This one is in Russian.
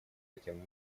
этим